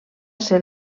ser